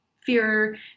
fear